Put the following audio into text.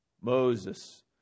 Moses